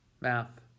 Math